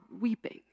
weeping